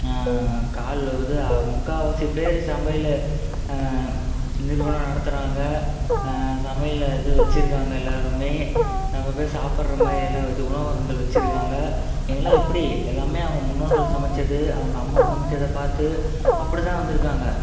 கால் அது முக்கால்வாசி பேரு சமையல் நிறுவனம் நடத்துகிறாங்க சமையல் இது வச்சுருக்காங்க எல்லோருமே நம்ம போய் சாப்பிட்ற மாதிரி எல்லாம் வச்சு உணவகங்கள் வச்சுருக்காங்க எங்கெலாம் எப்படி எல்லாமே அவங்க முன்னோர்கள் சமைத்தது அவங்க அம்மா சமைச்சதை பார்த்து அப்படிதான் வந்திருக்காங்க